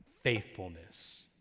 Faithfulness